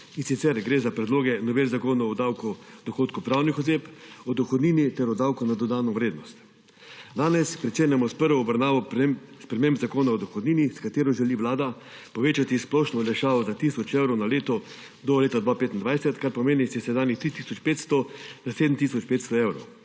in sicer gre za predloge novel zakonov o davku od dohodkov pravnih oseb, o dohodnini ter o davku na dodano vrednost. Danes pričenjamo s prvo obravnavo sprememb Zakona o dohodnini, s katero želi Vlada povečati splošno olajšavo za tisoč evrov na leto do leta 2025, kar pomeni s sedanjih 3 tisoč 500 na